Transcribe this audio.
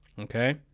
Okay